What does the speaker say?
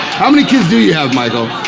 how many kids do you have michael?